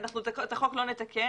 את החוק אנחנו לא נתקן.